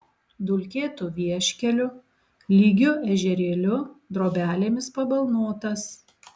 dulkėtu vieškeliu lygiu ežerėliu drobelėmis pabalnotas